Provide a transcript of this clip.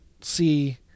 see